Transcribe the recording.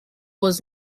was